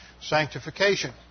sanctification